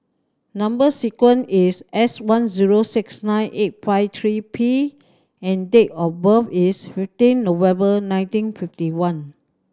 number sequence is S one zero six nine eight five three P and date of birth is fifteen November nineteen fifty one